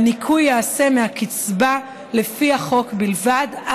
והניכוי ייעשה מהקצבה לפי החוק בלבד,